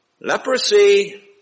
Leprosy